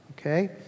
okay